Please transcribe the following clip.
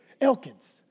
Elkins